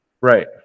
Right